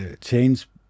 change